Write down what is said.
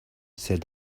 said